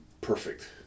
perfect